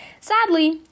Sadly